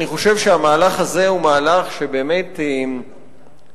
אני חושב שהמהלך הזה הוא מהלך שבאמת צריך